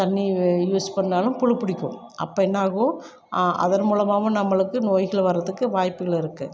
தண்ணி யூஸ் பண்ணாலும் புழு பிடிக்கும் அப்போ என்னாகும் அதன் மூலமாகவும் நம்மளுக்கு நோய்கள் வர்றத்துக்கு வாய்ப்புகள் இருக்கு